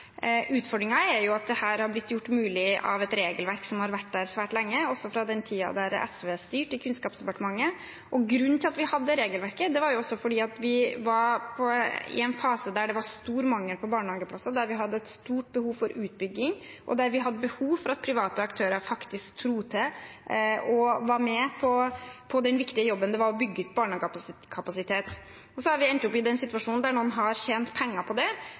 et regelverk som har vært der svært lenge, også fra den tiden da SV styrte Kunnskapsdepartementet. Grunnen til at vi hadde det regelverket, var at vi var i en fase med stor mangel på barnehageplasser. Det var et stort behov for utbygging, og det var behov for at private aktører bidro og var med på den viktige jobben med å bygge ut barnehagekapasiteten. Så har vi endt opp i en situasjon der noen har tjent penger på det. Det kan godt hende at man burde ha sett det for 10–15 år siden og laget et annet regelverk da, men det er veldig vanskelig å lage et regelverk med tilbakevirkende kraft som hadde hindret det. Det